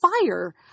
fire